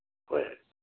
ꯍꯣꯏ